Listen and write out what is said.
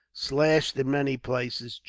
slashed in many places,